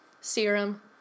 serum